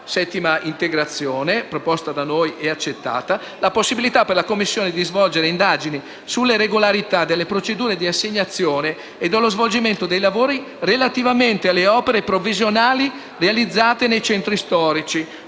nostra proposta, accettata, è la possibilità per la Commissione di svolgere indagini sulla regolarità delle procedure di assegnazione e dello svolgimento dei lavori relativamente alle opere provvisionali realizzate nei centri storici,